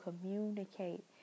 communicate